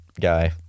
guy